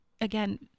again